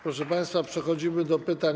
Proszę państwa, przechodzimy do pytań.